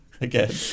again